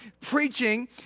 preaching